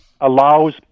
allows